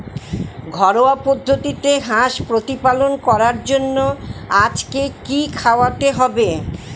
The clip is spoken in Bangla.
ঘরোয়া পদ্ধতিতে হাঁস প্রতিপালন করার জন্য আজকে কি খাওয়াতে হবে?